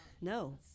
No